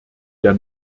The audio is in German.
der